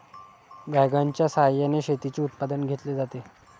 वॅगनच्या सहाय्याने शेतीचे उत्पादन घेतले जाते